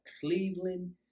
Cleveland